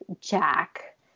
Jack